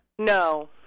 No